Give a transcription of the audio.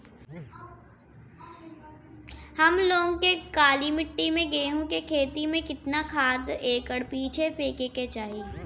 हम लोग के काली मिट्टी में गेहूँ के खेती में कितना खाद एकड़ पीछे फेके के चाही?